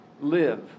live